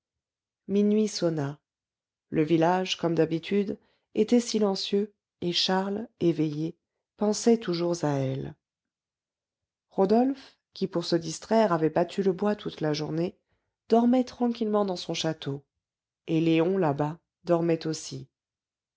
minuit sonna le village comme d'habitude était silencieux et charles éveillé pensait toujours à elle rodolphe qui pour se distraire avait battu le bois toute la journée dormait tranquillement dans son château et léon là-bas dormait aussi